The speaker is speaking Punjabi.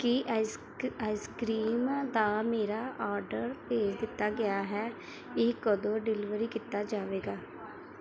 ਕੀ ਆਈਸ ਕ ਆਈਸ ਕਰੀਮ ਦਾ ਮੇਰਾ ਆਰਡਰ ਭੇਜ ਦਿੱਤਾ ਗਿਆ ਹੈ ਇਹ ਕਦੋਂ ਡਿਲੀਵਰ ਕੀਤਾ ਜਾਵੇਗਾ